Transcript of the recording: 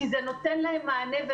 כי זה נותן להם מענה.